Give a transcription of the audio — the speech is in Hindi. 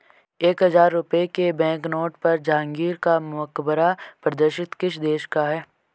एक हजार रुपये के बैंकनोट पर जहांगीर का मकबरा प्रदर्शित किस देश का है?